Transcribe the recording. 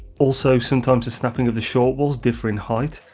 also sometimes the snapping of the short walls differ in height,